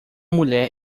mulher